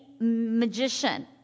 Magician